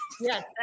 Yes